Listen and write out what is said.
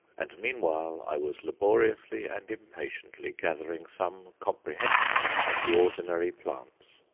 and meanwhile i was laboriously and impatiently gathering some comprehension of the ordinary plants.